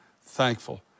thankful